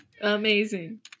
amazing